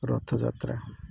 Rath Yatra